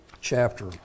chapter